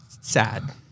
sad